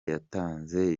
yatanze